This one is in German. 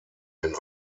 den